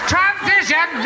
Transition